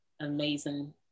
amazing